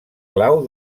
clau